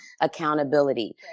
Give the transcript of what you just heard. accountability